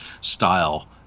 style